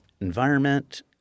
environment